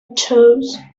chose